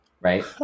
right